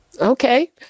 Okay